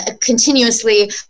continuously